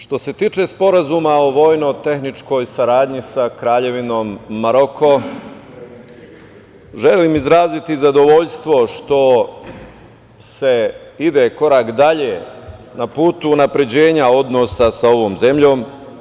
Što se tiče Sporazuma o vojnotehničkoj saradnji sa Kraljevinom Maroko, želim izraziti zadovoljstvo što se ide korak dalje na putu unapređenja odnosa sa ovom zemljom.